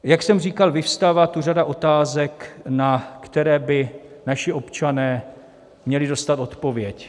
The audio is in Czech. Jak jsem říkal, vyvstává tu řada otázek, na které by naši občané měli dostat odpověď.